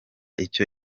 icyo